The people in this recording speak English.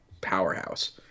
powerhouse